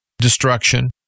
destruction